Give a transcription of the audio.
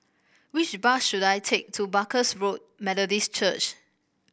which bus should I take to Barker Road Methodist Church